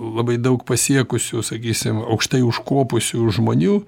labai daug pasiekusių sakysim aukštai užkopusių žmonių